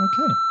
Okay